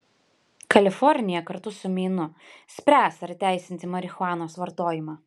kalifornija kartu su meinu spręs ar įteisinti marihuanos vartojimą